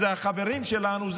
אלה החברים שלנו,